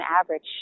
average